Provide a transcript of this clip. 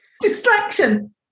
distraction